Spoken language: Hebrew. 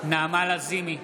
נעמה לזימי,